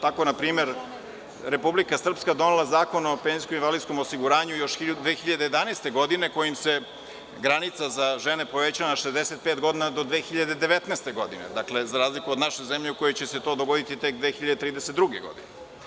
Tako na primer, Republika Srpska je donela Zakon o penzijsko-invalidskom osiguranju još 2011. godine, kojim se granica za žene povećava na 65 godina do 2019. godine, dakle, za razliku od naše zemlje u kojoj će se to dogoditi tek 2032. godine.